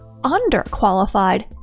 underqualified